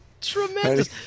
tremendous